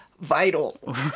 vital